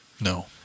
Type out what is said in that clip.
No